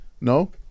No